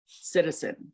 citizen